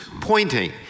pointing